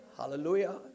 Hallelujah